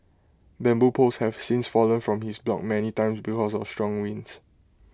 bamboo poles have since fallen from his block many time because of strong winds